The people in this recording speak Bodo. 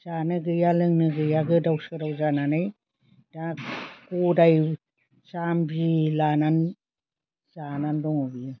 जानो गैया लोंनो गैया गोदाव सोराव जानानै दा गदाइ जामबि लानानै जानानै दङ बियो